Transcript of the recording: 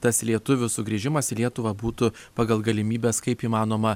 tas lietuvių sugrįžimas į lietuvą būtų pagal galimybes kaip įmanoma